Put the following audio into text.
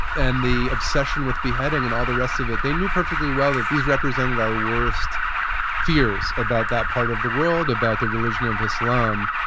and the obsession with beheading and all the rest of it. they knew perfectly well that these represented our worst fears about that part of the world, about the religion of islam.